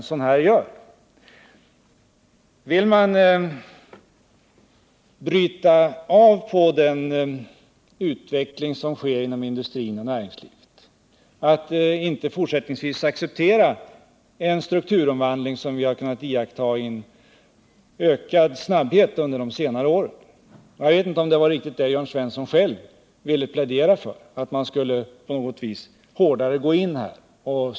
Jag vet inte om det Jörn Svensson vill plädera för var att man hårdare skulle gå in och styra inom industrin och näringslivet — och inte fortsättningsvis acceptera den allt snabbare strukturomvandling som vi kunnat iaktta under senare år.